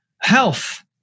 health